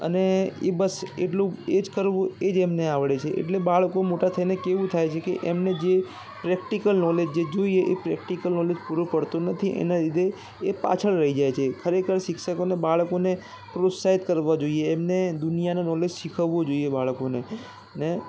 અને એ બસ એટલું એ જ કરવું એ જ એમને આવડે છે એટલે બાળકો મોટા થઈને કેવું થાય છે કે એમને જે પ્રેક્ટિકલ નોલેજ જે જોઈએ એ પ્રેક્ટિકલ નોલેજ પૂરો પડતો નથી એના લીધે એ પાછળ રહી જાય છે ખરેખર શિક્ષકોને બાળકોને પ્રોત્સાહિત કરવા જોઈએ એમને દુનિયાનું નોલેજ શીખવવું જોઈએ બાળકોને ને